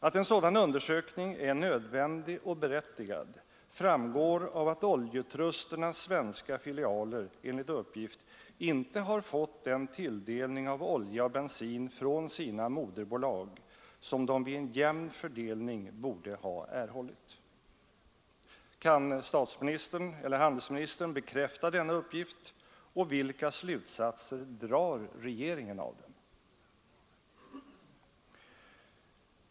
Att en sådan undersökning är nödvändig och berättigad framgår av att oljetrusternas svenska filialer enligt uppgift inte fått den tilldelning av olja och bensin från sina moderbolag som de vid en jämn fördelning borde ha erhållit. Kan statsministern eller handelsministern bekräfta denna uppgift, och vilka slutsatser drar regeringen av den?